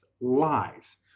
lies